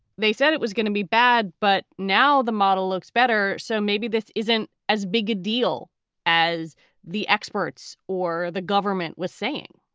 they said it was gonna be bad, but now the model looks better. so maybe this isn't as big a deal as the experts or the government was saying?